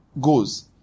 goes